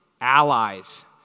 allies